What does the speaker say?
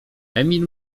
emil